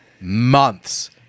months